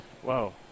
Whoa